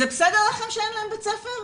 זה בסדר לכם שאין להם בית ספר,